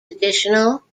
additional